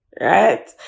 Right